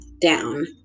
down